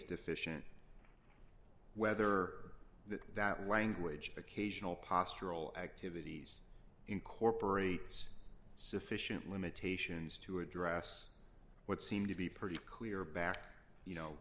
deficient whether that language occasional postural activities incorporates sufficient limitations to address what seem to be pretty clear back you know